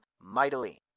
mightily